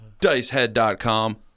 DiceHead.com